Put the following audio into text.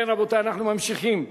כן, רבותי, אנחנו ממשיכים: